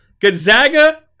Gonzaga